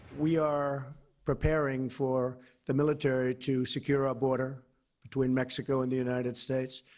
we are preparing for the military to secure our border between mexico and the united states.